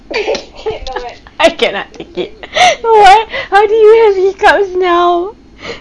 I cannot take it why do you have hiccups now